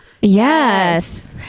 Yes